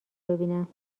ببینم